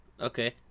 okay